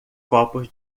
copos